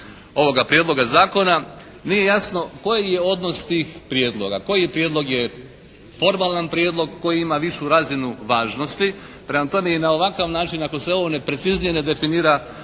ovoga prijedloga zakona nije jasno koji je odnos tih prijedloga. Koji prijedlog je formalan prijedlog, koji ima višu razinu važnosti. Prema tome, i na ovakav način ako se ovo nepreciznije ne definira